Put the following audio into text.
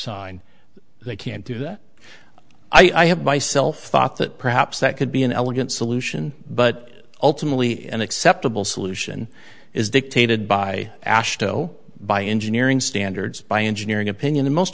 sign they can't do that i have myself thought that perhaps that could be an elegant solution but ultimately an acceptable solution is dictated by asheville by engineering standards by engineering opinion